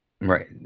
right